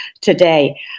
today